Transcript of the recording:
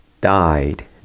died